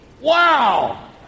Wow